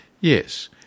Yes